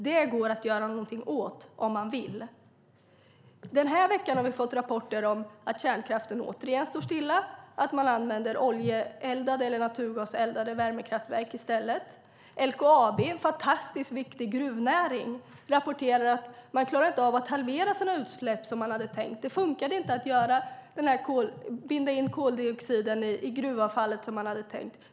Det går att göra någonting åt om man vill. Den här veckan har vi fått rapporter om att kärnkraften återigen står stilla och att man använder oljeeldade eller naturgaseldade värmekraftverk i stället. LKAB, som är en fantastiskt viktig gruvnäring, rapporterar att de inte klarar av att halvera sina utsläpp som det var tänkt. Det fungerade inte att binda in koldioxiden i gruvavfallet som man hade tänkt.